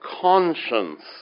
conscience